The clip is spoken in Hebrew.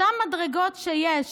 אותן מדרגות שיש